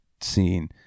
scene